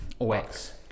OX